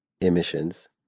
emissions